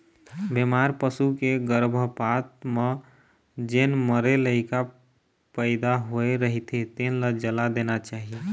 बेमार पसू के गरभपात म जेन मरे लइका पइदा होए रहिथे तेन ल जला देना चाही